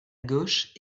gauche